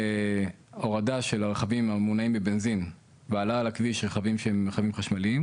להורדה של הרכבים המונעים בבנזין והעלאה על הכביש רכבים חשמליים,